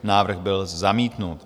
Návrh byl zamítnut.